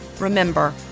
Remember